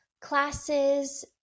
classes